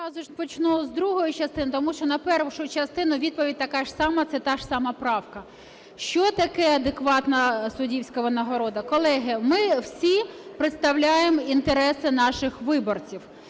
почну з другої частини, тому що на першу частину відповідь така ж сама це таж сама правка. Що таке адекватна суддівська винагорода? Колеги, ми всі представляємо інтереси наших виборців.